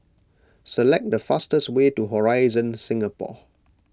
select the fastest way to Horizon Singapore